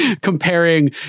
comparing